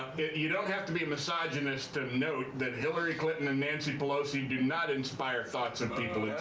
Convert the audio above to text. you don't have to be a misogynist to note that hillary clinton and nancy pelosi do not inspire thoughts of people